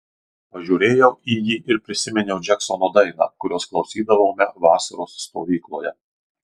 pažiūrėjau į jį ir prisiminiau džeksono dainą kurios klausydavome vasaros stovykloje